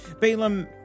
Balaam